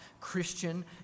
Christian